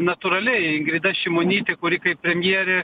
natūraliai ingrida šimonytė kuri kaip premjerė